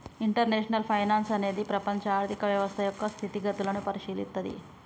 international finance అనేది ప్రపంచ ఆర్థిక వ్యవస్థ యొక్క గతి స్థితులను పరిశీలిత్తది